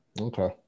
Okay